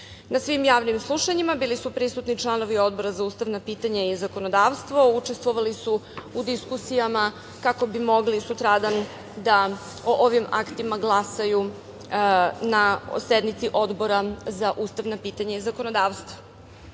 svim javnim slušanjima bili su prisutni članovi Odbora za ustavna pitanja i zakonodavstvo, učestvovali su u diskusijama kako bi mogli sutradan da o ovim aktima glasaju na sednici Odbora za ustavna pitanja i zakonodavstvo. Ovaj